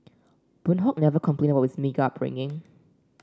Boon Hock never complained about his meagre upbringing